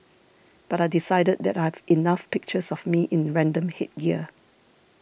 but I decided that I've enough pictures of me in random headgear